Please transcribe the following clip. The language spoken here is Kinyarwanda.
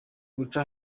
guca